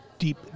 deep